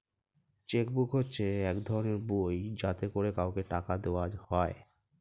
check book হচ্ছে এক ধরনের বই যাতে করে কাউকে টাকা দেওয়া হয়